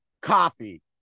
Coffee